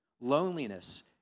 loneliness